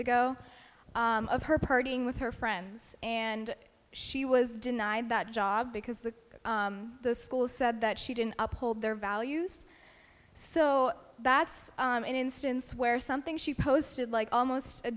ago of her partying with her friends and she was denied that job because the the school said that she didn't uphold their values so that's an instance where something she posted like almost a